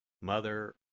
Mother